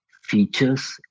features